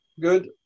Good